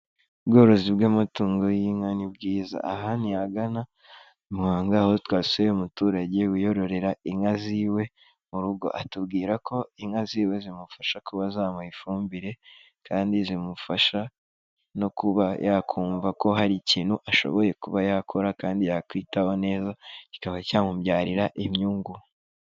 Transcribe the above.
Ubworozi bw'amatungo y'inka ni bwiza. Aha ni ahagana i Muhanga aho twasuye umuturage wiyororera inka z'iwe mu rugo. Atubwira ko inka z'iwe zimufasha kuba zamuha ifumbire kandi zimufasha no kuba yakumva ko hari ikintu ashoboye kuba yakora kandi yakwitaho neza kikaba cyamubyarira inyungu.